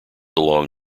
along